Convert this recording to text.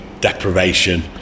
deprivation